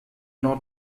not